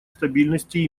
стабильности